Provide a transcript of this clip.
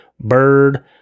Bird